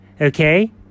Okay